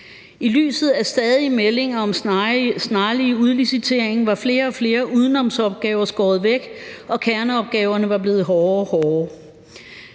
I lyset af stadige meldinger om snarlig udlicitering var flere og flere udenomsopgaver skåret væk og kerneopgaverne var blevet hårdere og hårdere.